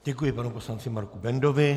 Děkuji panu poslanci Marku Bendovi.